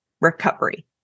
recovery